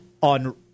on